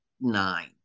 nine